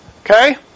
Okay